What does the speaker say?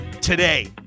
today